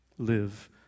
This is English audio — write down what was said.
Live